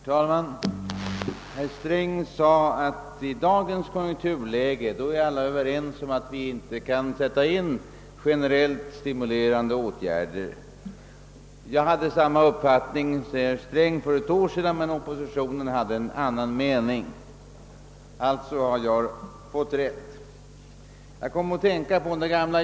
Herr talman! Herr Sträng sade att alla i dagens konjunkturläge är ense om att vi inte kan sätta in generellt stimulerande åtgärder. Han hade samma uppfattning för ett år sedan, men oppositionen hade då en annan mening. Jag har alltså fått rätt på den punkten, anser herr Sträng.